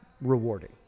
rewarding